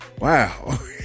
Wow